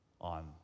on